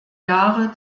jahre